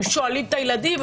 הם שואלים את הילדים,